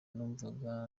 numvaga